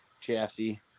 Chassis